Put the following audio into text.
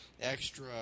extra